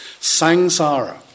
sangsara